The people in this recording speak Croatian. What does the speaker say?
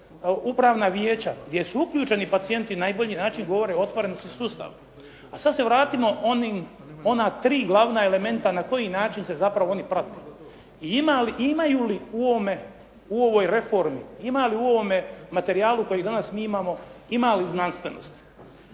upravna vijeća gdje su uključeni pacijenti na najbolji način govore o otvorenosti sustava. A sada se vratimo na ona tri glavna elementa na koji način se zapravo oni provode i imaju li u ovome, u ovoj reformi, ima li u ovom materijalu koji danas mi imamo, ima li znanstvenost.